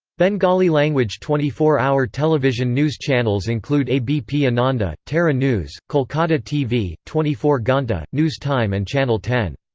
bengali-language twenty four hour television news channels include abp ananda, tara newz, kolkata tv, twenty four ghanta, news time and channel ten.